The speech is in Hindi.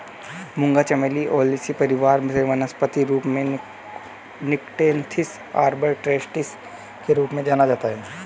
मूंगा चमेली ओलेसी परिवार से वानस्पतिक रूप से निक्टेन्थिस आर्बर ट्रिस्टिस के रूप में जाना जाता है